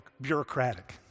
bureaucratic